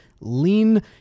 Lean